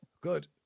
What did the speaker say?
Good